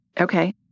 Okay